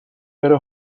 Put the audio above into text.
بره